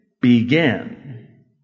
begin